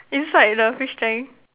inside the fish tank